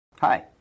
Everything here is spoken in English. Hi